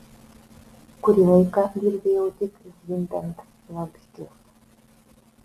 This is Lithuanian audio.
kurį laiką girdėjau tik zvimbiant vabzdžius